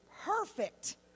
perfect